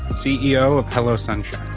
ceo of hello sunshine.